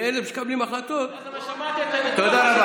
שאלה שמקבלים החלטות, אז זה מה שאמרתי, תודה.